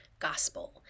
gospel